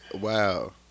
Wow